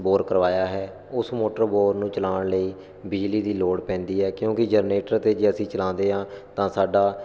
bore ਕਰਵਾਇਆ ਹੈ ਉਸ ਮੋਟਰ ਬੋਰ ਨੂੰ ਚਲਾਉਣ ਲਈ ਬਿਜਲੀ ਦੀ ਲੋੜ ਪੈਂਦੀ ਹੈ ਕਿਉਂਕਿ ਜਨਰੇਟਰ 'ਤੇ ਜੇ ਅਸੀਂ ਚਲਾਉਂਦੇ ਹਾਂ ਤਾਂ ਸਾਡਾ